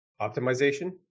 Optimization